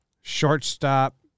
Shortstop